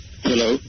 Hello